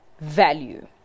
value